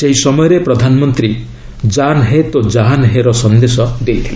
ସେହି ସମୟରେ ପ୍ରଧାନମନ୍ତ୍ରୀ 'ଜାନ୍ ହେ ତୋ ଜାହାନ୍ ହେ'ର ସନ୍ଦେଶ ଦେଇଥିଲେ